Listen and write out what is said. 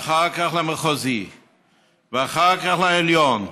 אחר כך למחוזי ואחר כך לעליון.